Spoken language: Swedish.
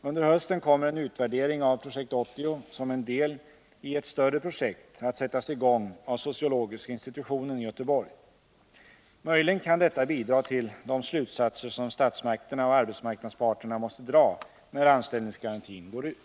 Under hösten kommer en utvärdering av Projekt 80 som en del i ett större projekt att sättas i gång av sociologiska institutionen i Göteborg. Möjligen kan detta bidra till de slutsatser som statsmakterna och arbetsmarknadsparterna måste dra när anställningsgarantin går ut.